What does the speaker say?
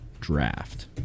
draft